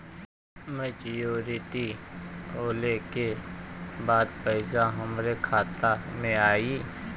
Maturity होले के बाद पैसा हमरे खाता में आई?